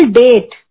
date